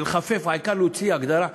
של לחפף, העיקר להוציא הגדרה.